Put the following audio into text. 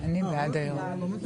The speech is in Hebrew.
אני בעד הערעור.